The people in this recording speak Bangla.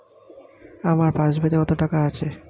আমার পাস বইতে কত টাকা আছে?